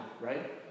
right